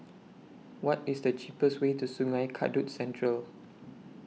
What IS The cheapest Way to Sungei Kadut Central